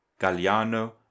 galliano